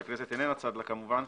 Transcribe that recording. שהכנסת איננה צד לה כמובן,